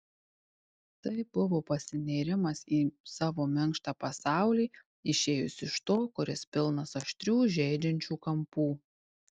tai buvo pasinėrimas į savo minkštą pasaulį išėjus iš to kuris pilnas aštrių žeidžiančių kampų